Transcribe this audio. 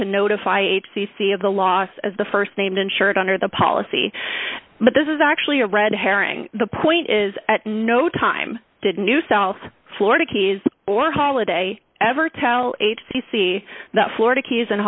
to notify c c of the loss as the st named insured under the policy but this is actually a red herring the point is at no time did a new south florida keys or holiday ever tell h c c that florida keys and